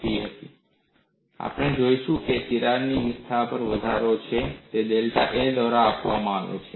અને આપણે જે જોઈશું તે છે તિરાડનો વિસ્તાર વધારો છે જે ડેલ્ટા A દ્વારા આપવામાં આવે છે